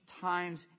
times